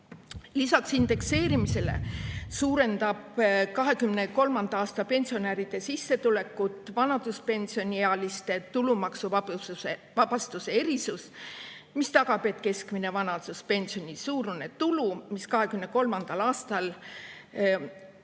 lisaks indekseerimisele suurendab 2023. aastal pensionäride sissetulekut vanaduspensioniealiste tulumaksuvabastuse erisus, mis tagab, et keskmise vanaduspensioni suurune tulu, mis 2023. aastal